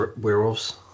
werewolves